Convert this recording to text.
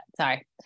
sorry